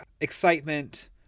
excitement